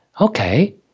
okay